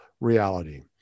reality